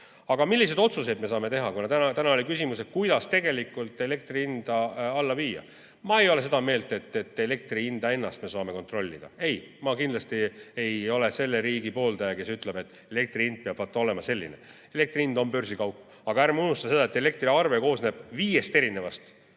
Aga milliseid otsuseid me saame teha? Täna oli küsimus, kuidas tegelikult elektri hinda alla viia. Ma ei ole seda meelt, et elektri hinda ennast me saame kontrollida. Ei, ma kindlasti ei ole selle riigi pooldaja, kes ütleb, et elektri hind peab olema vaat selline. Elekter on börsikaup. Aga ärme unustame seda, et elektriarve koosneb viiest erinevast